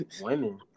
women